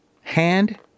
hand